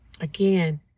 Again